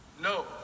No